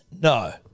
no